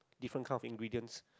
different kinds of ingredients